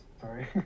sorry